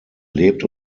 lebt